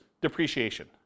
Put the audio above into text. depreciation